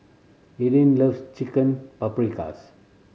Arden loves Chicken Paprikas